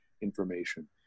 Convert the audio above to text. information